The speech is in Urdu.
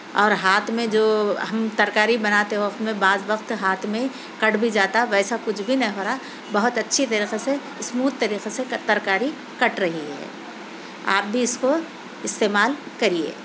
اور ہاتھ میں جو ہم ترکاری بناتے وقت میں بعض وقت ہاتھ میں کٹ بھی جاتا ویسا کچھ بھی نہیں ہو رہا بہت اچھی طریقے سے اسموتھ طریقے سے ترکاری کٹ رہی ہے آپ بھی اِ کو استعمال کریئے